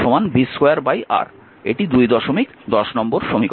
সুতরাং এটি আসলে R